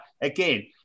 again